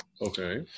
Okay